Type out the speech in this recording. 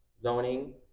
zoning